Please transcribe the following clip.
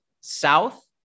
south